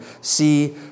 see